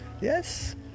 Yes